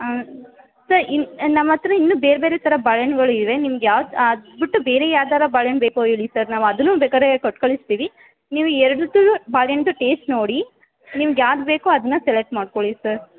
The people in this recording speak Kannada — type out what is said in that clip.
ಊಂ ಸರ್ ಇನ್ನು ನಮ್ಮ ಹತ್ರ ಇನ್ನೂ ಬೇರೆ ಬೇರೆ ಥರದ ಬಾಳೆಹಣ್ಗಳಿವೆ ನಿಮ್ಗೆ ಯಾವ ಅದ್ಬಿಟ್ಟು ಬೇರೆ ಯಾವ್ದಾರೂ ಬಾಳೆಹಣ್ಣು ಬೇಕು ಹೇಳಿ ಸರ್ ನಾವು ಅದನ್ನೂ ಬೇಕಾರೆ ಕೊಟ್ಟು ಕಳಿಸ್ತೀವಿ ನೀವು ಎರಡರದ್ದು ಬಾಳೆಹಣ್ಣುದು ಟೇಸ್ಟ್ ನೋಡಿ ನಿಮ್ಗೆ ಯಾವ್ದು ಬೇಕೋ ಅದನ್ನ ಸೆಲೆಕ್ಟ್ ಮಾಡ್ಕೊಳ್ಳಿ ಸರ್